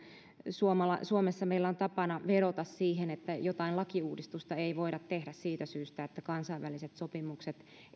suomessa meillä on tapana vedota siihen että jotain lakiuudistusta ei voida tehdä siitä syystä että kansainväliset sopimukset